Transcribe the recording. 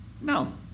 no